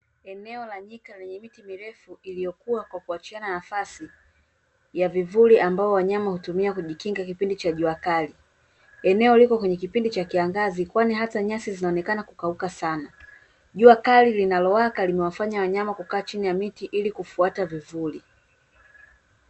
Eneo la nyika lenye miti mirefu iliyokua kwa kuachiana nafasi, ya vivuli ambao wanyama hutumia kujikinga kipindi cha jua kali. Eneo lipo kwenye kipindi cha kiangazi, kwani hata nyasi zinaonekana kukauka sana, jua kali linalowaka limewafanya wanyama kukaa chini ya miti ili kufuata vivuli.